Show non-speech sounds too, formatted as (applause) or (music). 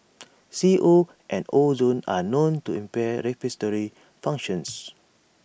(noise) C O and ozone are known to impair (unintelligible) functions